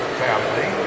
family